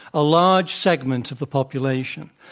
a large segment of the population.